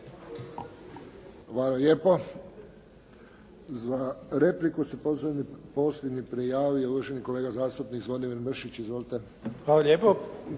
Hvala lijepo. Za repliku se posljednji prijavio uvaženi kolega zastupnik Zvonimir Mršić. Izvolite.